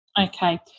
Okay